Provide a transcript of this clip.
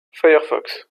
firefox